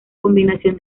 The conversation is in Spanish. combinación